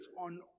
on